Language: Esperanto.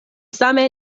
same